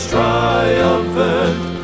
triumphant